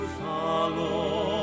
follow